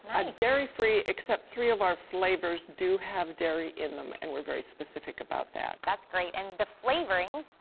a dairy free, except three of our flavors do have dairy in them and we're very specific about that. that's great. and the flavorings,